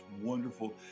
wonderful